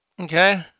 Okay